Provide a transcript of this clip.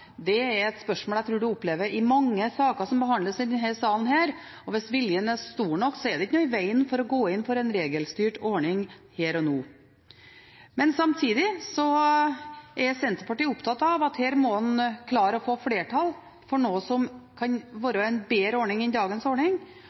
budsjettsak, er et spørsmål jeg tror en opplever i mange saker som behandles i denne salen, og hvis viljen er stor nok, er det ikke noe i vegen for å gå inn for en regelstyrt ordning her og nå. Men samtidig er Senterpartiet opptatt av at her må en klare å få flertall for noe som kan være en bedre ordning enn dagens ordning,